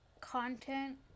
content